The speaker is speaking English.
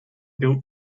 built